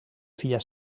via